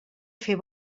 fer